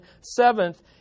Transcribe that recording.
seventh